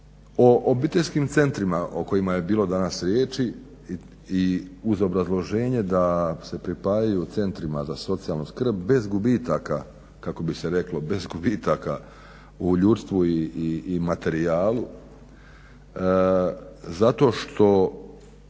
O obiteljskim centrima o kojima je bilo danas riječi i uz obrazloženje da se pripajaju centrima za socijalnu skrb bez gubitaka kako bi se reklo, bez gubitaka u ljudstvu i materijalu zato što